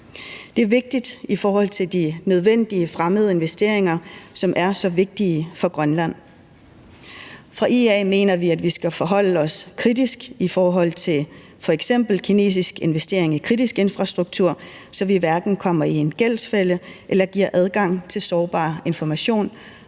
Det er vigtigt i forhold til de nødvendige fremmede investeringer, som er så vigtige for Grønland. Fra IA's side mener vi, at vi skal forholde os kritisk til f.eks. kinesisk investering i kritisk infrastruktur, så vi hverken kommer i en gældsfælde eller giver adgang til sårbar information